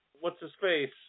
what's-his-face